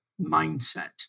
mindset